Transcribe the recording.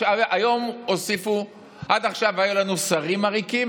עד עכשיו היו לנו שרים עריקים,